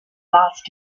lost